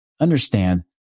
understand